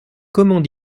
comment